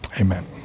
Amen